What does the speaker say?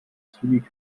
zügig